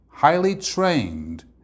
highly-trained